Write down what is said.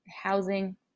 housing